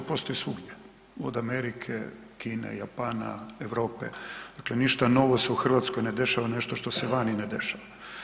Postoji svugdje, od Amerike, Kine, Japana, Europe dakle ništa novo se u Hrvatskoj ne dešava nešto što se vani ne dešava.